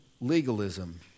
legalism